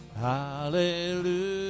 Hallelujah